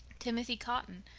timothy cotton,